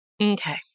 Okay